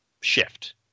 shift